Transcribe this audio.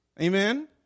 Amen